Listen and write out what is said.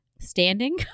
standing